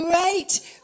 great